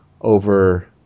over